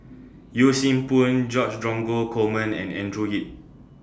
Yee Siew Pun George Dromgold Coleman and Andrew Yip